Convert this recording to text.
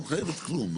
בענק אתם טועים.